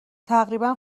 تقریبا